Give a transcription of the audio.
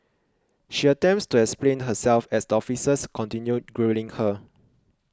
she attempts to explain herself as the officers continue grilling her